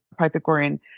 pythagorean